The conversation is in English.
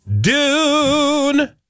Dune